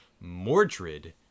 Mordred